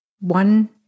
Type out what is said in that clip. one